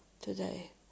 today